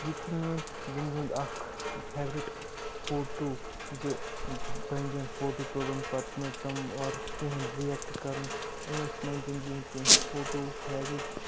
یِتہِ چھُ مےٚ وۄنۍ زِندگی ہُنٛد اکھ فیورِٹ فوٹو زِ پَنزٮ۪ن فوٹو تُلُن پَتہٕ نہٕ تِم اورٕ کِہِیٖنۍ رِیکٹہٕ کَرُن یِم ٲسۍ میانہِ زِندگی ہٕنٛد کینٛہہ فوٹو فیورٹٕس